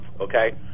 okay